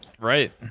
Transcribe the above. Right